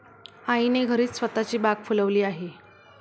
आईने घरीच स्वतःची बाग फुलवली आहे